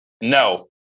No